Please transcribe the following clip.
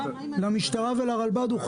הוא חייב למסור למשטרה ולרלב"ד.